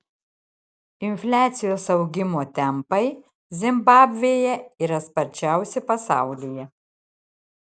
infliacijos augimo tempai zimbabvėje yra sparčiausi pasaulyje